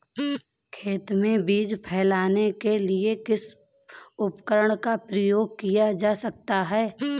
खेत में बीज फैलाने के लिए किस उपकरण का उपयोग किया जा सकता है?